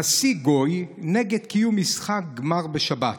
נשיא גוי נגד קיום משחק גמר בשבת.